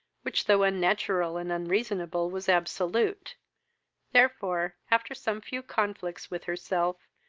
which, though unnatural and unreasonable, was absolute therefore, after some few conflicts with herself,